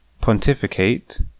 Pontificate